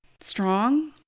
strong